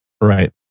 Right